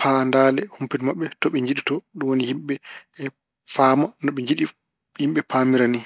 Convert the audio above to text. paandale humpito maɓɓe to ɓe njiɗi to. Yimɓe paama no ɓe njiɗi yimɓe paamira ni.